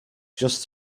just